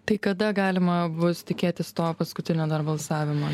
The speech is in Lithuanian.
tai kada galima bus tikėtis to paskutinio balsavimo